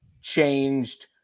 changed